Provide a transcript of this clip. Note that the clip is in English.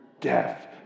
death